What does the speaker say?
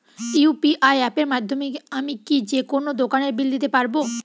UPI অ্যাপের মাধ্যমে আমি কি যেকোনো দোকানের বিল দিতে পারবো?